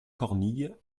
cornille